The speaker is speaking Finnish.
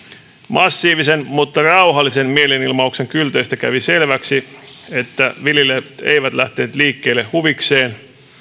massiivisen mutta rauhallisen mielenilmauksen kylteistä kävi selväksi että viljelijät eivät lähteneet liikkeelle huvikseen